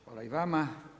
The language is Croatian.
Hvala i vama.